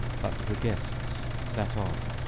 but the guests sat on,